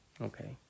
Okay